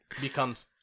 becomes